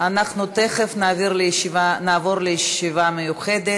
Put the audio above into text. אנחנו תכף נעבור לישיבה המיוחדת.